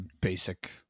basic